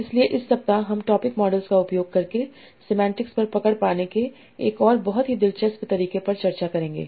इसलिए इस सप्ताह हम टॉपिक मॉडल का उपयोग करके सेमांटिक्स पर पकड़ पाने के एक और बहुत ही दिलचस्प तरीके पर चर्चा करेंगे